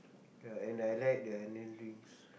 ya and I like the onion rings